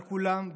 על כולם,